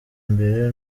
mbere